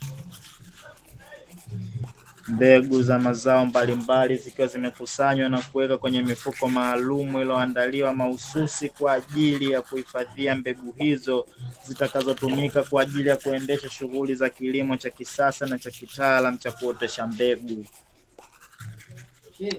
Mbegu za mazao mbalimbali, zikiwa zimekusanywa na kuwekwa kwenye mifuko maalumu; iliyoandaliwa mahususi kwa ajili ya kuhifadhia mbegu hizo, zitakazotumika kwa ajili ya kuendesha shughuli za kilimo cha kisasa na cha kitaalamu cha kuotesha mbegu.